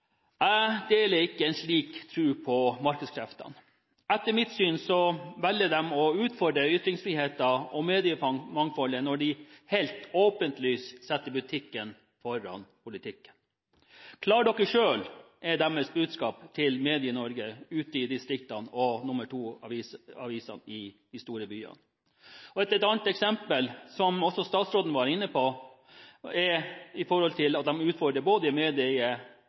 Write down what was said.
Jeg deler ikke en slik tro på markedskreftene. Etter mitt syn velger de å utfordre ytringsfriheten og mediemangfoldet når de helt åpenlyst setter butikken foran politikken. Klar dere selv, er deres budskap til Medie-Norge ute i distriktene og nr. 2-avisene i de store byene. Et annet eksempel, som også statsråden var inne på, gjelder det at man utfordrer både